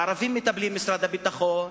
בערבים מטפלים משרד הביטחון,